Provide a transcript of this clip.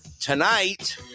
tonight